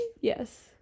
Yes